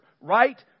Right